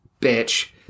bitch